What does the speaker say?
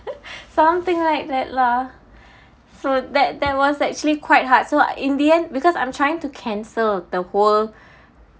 something like that lah so that that was actually quite hard so in the end because I'm trying to cancel the whole